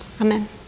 Amen